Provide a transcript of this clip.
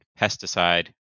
pesticide